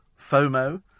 FOMO